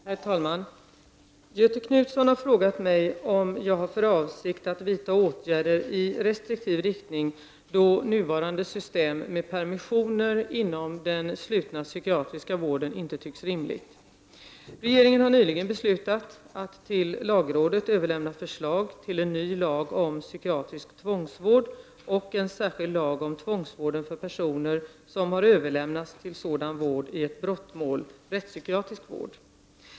Herr talman! Göthe Knutson har frågat mig om jag har för avsikt att vidta åtgärder i restriktiv riktning, då nuvarande system med permissioner inom den slutna psykiatriska vården inte tycks vara rimligt. Regeringen har nyligen beslutat att till lagrådet överlämna förslag till en ny lag om psykiatrisk tvångsvård och en särskild lag om tvångsvården för personer som har överlämnats till sådan vård i ett brottmål, dvs. rättspsykiatrisk vård.